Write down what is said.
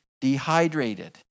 dehydrated